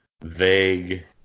vague